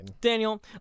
Daniel